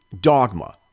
dogma